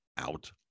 out